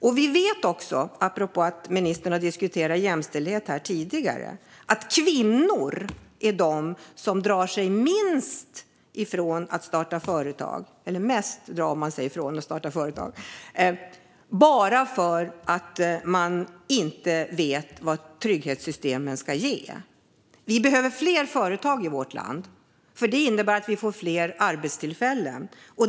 Apropå jämställdhet, som ministern har diskuterat här tidigare, vet vi också att kvinnor är de som drar sig mest för att starta företag, för de vet inte vad trygghetssystemen ska ge. Vi behöver fler företag i vårt land, för det innebär fler arbetstillfällen.